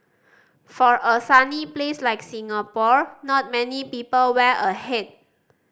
for a sunny place like Singapore not many people wear a hat